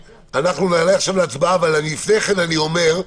אנחנו נעלה עכשיו להצבעה, אבל לפני כן אני אומר,